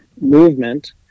movement